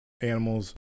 animals